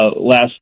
last